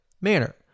manner